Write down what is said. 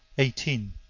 eighteen.